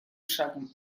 шагом